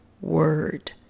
word